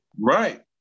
Right